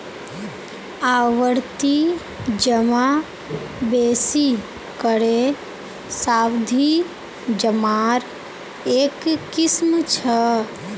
आवर्ती जमा बेसि करे सावधि जमार एक किस्म छ